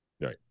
Right